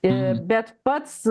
ir bet pats